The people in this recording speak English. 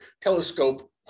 telescope